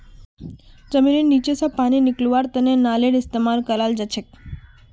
जमींनेर नीचा स पानी निकलव्वार तने नलेर इस्तेमाल कराल जाछेक